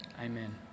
Amen